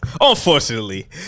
Unfortunately